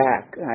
back